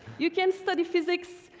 you can study physics.